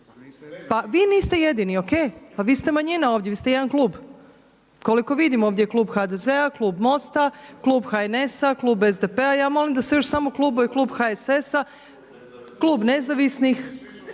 Pa vi niste jedini. Ok. Pa vi ste manjina ovdje. Vi ste jedan klub. Koliko vidim ovdje je klub HDZ-a, klub MOST-a, klub HNS-a, klub SDP-a i ja molim da se još samo klubovi, klub HSS-a, klub nezavisnih.